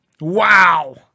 Wow